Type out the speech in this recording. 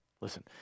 listen